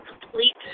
complete